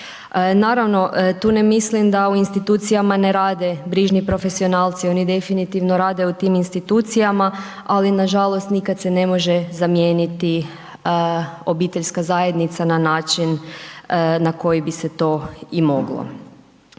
Naravno tu ne mislim da u institucijama ne rade brižni profesionalci, oni definitivno rade u time institucijama ali nažalost, nikada se ne može zamijeniti obiteljska zajednica na način na koji bi se to i moglo.